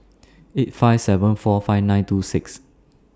eight five seven eight five nine two six